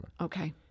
okay